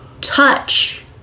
touch